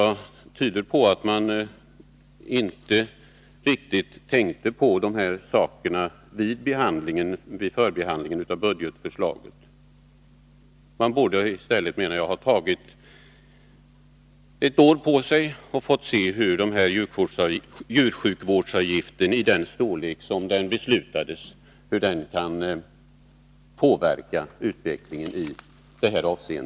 Det tyder på att man vid förbehandlingen av budgetförslaget inte riktigt har tänkt på riskerna för djursjukvården. Man borde ha tagit ett år på sig för att se hur en djursjukvårdsavgift av den beslutade storleken kan komma att påverka utvecklingen.